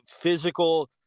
physical